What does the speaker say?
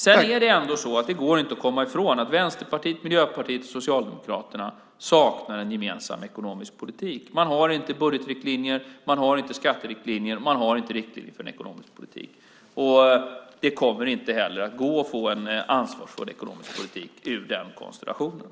Sedan går det inte att komma ifrån att Vänsterpartiet, Miljöpartiet och Socialdemokraterna saknar en gemensam ekonomisk politik. De har inte budgetriktlinjer, de har inte skatteriktlinjer, och de har inte riktlinjer för en ekonomisk politik. Det kommer inte heller att gå att få en ansvarsfull ekonomisk politik ur den konstellationen.